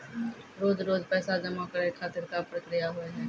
रोज रोज पैसा जमा करे खातिर का प्रक्रिया होव हेय?